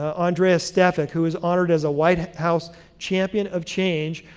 ah andrea stefik, who was honored as a white house champion of change,